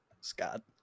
scott